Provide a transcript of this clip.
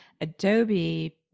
Adobe